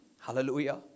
Hallelujah